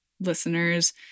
Listeners